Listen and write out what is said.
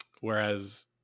whereas